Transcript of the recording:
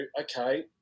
okay